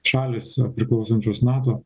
šalys priklausančios nato